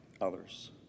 others